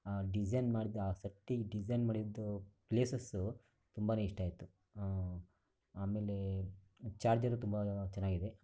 ಆ ಡಿಸೈನ್ ಮಾಡಿದೆ ಆ ಸಟ್ಟಿಗೆ ಡಿಸೈನ್ ಮಾಡಿದ್ದು ಪ್ಲೇಸಸ್ಸು ತುಂಬನೇ ಇಷ್ಟ ಆಯಿತು ಆಮೇಲೆ ಚಾರ್ಜರು ತುಂಬ ಚೆನ್ನಾಗಿದೆ